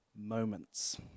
moments